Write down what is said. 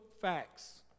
facts